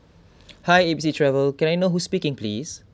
hi A B C travel can I know who speaking please